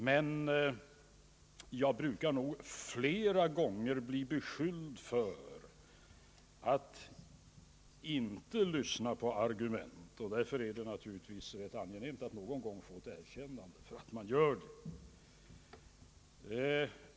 Men jag blir ofta beskylld för att inte lyssna på argument, och därför är det naturligtvis angenämt att någon gång få ett erkännande för att man gör det.